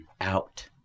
out